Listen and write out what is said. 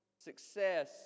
Success